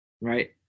right